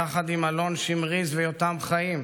יחד עם אלון שמריז ויותם חיים,